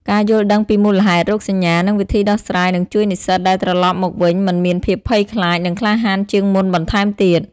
ការយល់ដឹងពីមូលហេតុ រោគសញ្ញា និងវិធីដោះស្រាយនឹងជួយនិស្សិតដែលត្រឡប់មកវិញមិនមានភាពភ័យខ្លាច និងក្លាហានជាងមុនបន្ថែមទៀត។